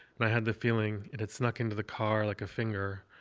and i had the feeling it had snuck into the car, like a finger,